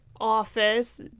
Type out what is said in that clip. Office